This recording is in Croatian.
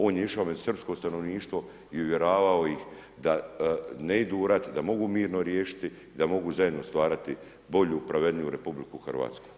On je išao među srpsko stanovništvo i uvjeravao ih da ne idu u rat, da mogu mirno riješiti, da mogu zajedno stvarati bolju, pravedniju RH.